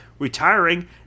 Retiring